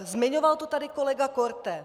Zmiňoval to tady kolega Korte.